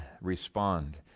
respond